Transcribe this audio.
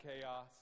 chaos